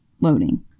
loading